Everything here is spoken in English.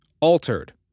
altered